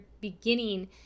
beginning